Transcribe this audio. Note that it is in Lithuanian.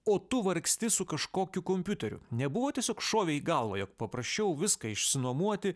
o tu vargsti su kažkokiu kompiuteriu nebuvo tiesiog šovę į galvą jog paprasčiau viską išsinuomoti